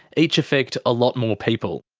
each affect a lot more people.